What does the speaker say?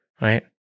right